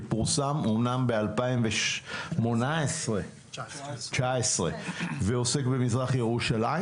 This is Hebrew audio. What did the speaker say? שפורסם ב- 2019 ועוסק במזרח ירושלים.